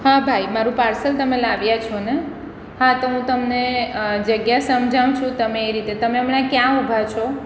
હા ભાઈ મારું પાર્સલ તમે લાવ્યા છો ને હા તો હું તમને જગ્યા સમજાવું છું તમે એ રીતે તમે હમણાં ક્યાં ઊભા છો